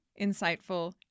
insightful